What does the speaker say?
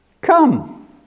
Come